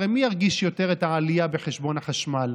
הרי מי ירגיש יותר את העלייה בחשבון החשמל?